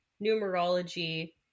numerology